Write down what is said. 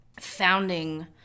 founding